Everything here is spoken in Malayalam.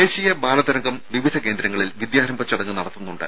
ദേശീയ ബാലതരംഗം വിവിധ കേന്ദ്രങ്ങളിൽ വിദ്യാരംഭ ചടങ്ങ് നടത്തുന്നുണ്ട്